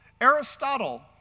Aristotle